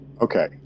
Okay